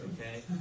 okay